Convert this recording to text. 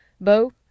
Bo